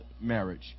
marriage